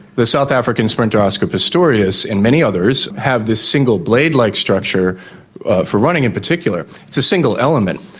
the south african sprinter oscar pistorius and many others have this single blade-like structure for running in particular. it's a single element.